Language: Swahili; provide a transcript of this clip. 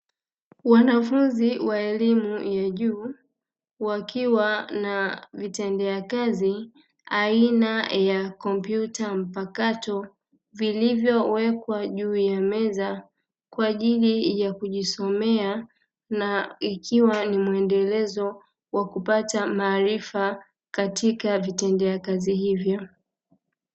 Wanafunzi wa elimu ya juu wakiwa na vitendea kazi aina ya kompyuta mpakato vilivyowekwa juu ya meza kwa ajili ya kujisomea, na ikiwa ni muendelezo wa kupata maarifa katika vitendea kazi hivyo.